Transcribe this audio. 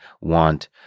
want